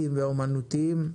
אסתטיים ואומנותיים.